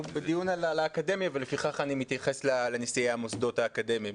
אנחנו בדיון על האקדמיה ולפיכך אני מתייחס לנשיאי המוסדות האקדמיים.